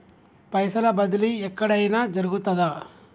పైసల బదిలీ ఎక్కడయిన జరుగుతదా?